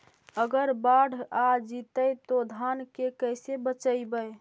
अगर बाढ़ आ जितै तो धान के कैसे बचइबै?